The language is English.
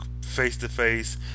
face-to-face